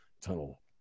Tunnel